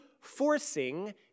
forcing